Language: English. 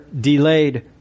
delayed